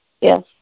Yes